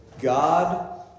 God